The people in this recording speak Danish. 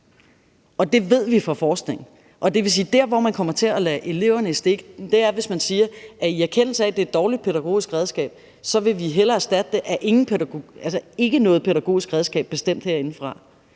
Det vil sige, at man kommer til at lade eleverne i stikken, hvis man siger, at i erkendelse af at det er et dårligt pædagogisk redskab, vil vi hellere erstatte det med ikke noget pædagogisk redskab og bestemme det herindefra.